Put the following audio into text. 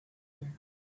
there